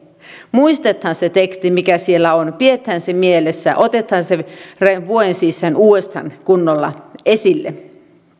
muistetaan se teksti mikä siellä on pidetään se mielessä otetaan se reilun vuoden sisään uudestaan kunnolla esille